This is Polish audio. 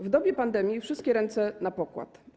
W dobie pandemii wszystkie ręce na pokład.